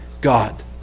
God